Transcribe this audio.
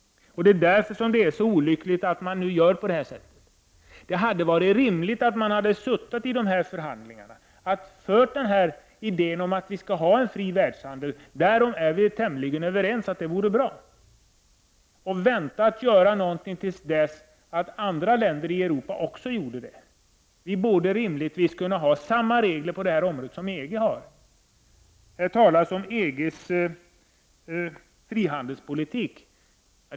Det är därför det är olyckligt att man gör på detta sätt. Det hade varit rimligt att man deltagit i förhandlingarna och fört fram idén om att vi skall ha en fri världshandel. Det är vi tämligen överens om vore bra. Vi borde vänta med att göra någonting till dess andra länder i Europa också gör någonting. Vi borde rimligtvis kunna ha samma regler på det här området som EG har. Här talas om EG:s frihandelspolitik.